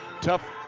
tough